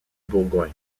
bourgogne